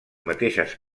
mateixes